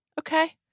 Okay